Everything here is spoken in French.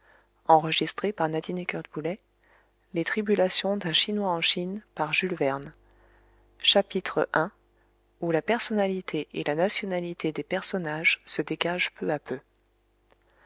les tribulations d'un chinois en chine table des matières i ou la personnalité et la nationalité des personnages se dégagent peu à peu